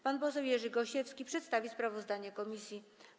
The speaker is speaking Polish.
Pan poseł Jerzy Gosiewski przedstawi sprawozdanie komisji.